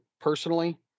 personally